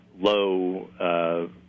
low